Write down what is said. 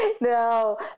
No